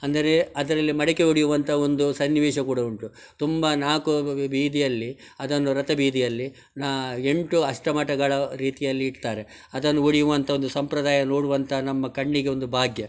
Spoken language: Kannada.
ಅಂದರೆ ಅದರಲ್ಲಿ ಮಡಕೆ ಒಡೆಯುವಂಥ ಒಂದು ಸನ್ನಿವೇಶ ಕೂಡ ಉಂಟು ತುಂಬ ನಾಲ್ಕು ಬೀದಿಯಲ್ಲಿ ಅದನ್ನು ರಥ ಬೀದಿಯಲ್ಲಿ ನ ಎಂಟು ಅಷ್ಟಮಠಗಳ ರೀತಿಯಲ್ಲಿ ಇಡ್ತಾರೆ ಅದನ್ನು ಒಡೆಯುವಂಥ ಒಂದು ಸಂಪ್ರದಾಯ ನೋಡುವಂಥ ನಮ್ಮ ಕಣ್ಣಿಗೆ ಒಂದು ಭಾಗ್ಯ